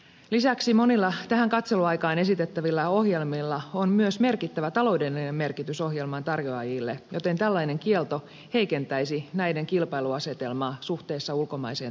lisäksi monilla tähän katseluaikaan esitettävillä ohjelmilla on myös merkittävä taloudellinen merkitys ohjelmien tarjoajille joten tällainen kielto heikentäisi näiden kilpailuasemaa suhteessa ulkomaiseen tarjontaan